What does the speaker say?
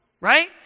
Right